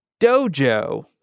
Dojo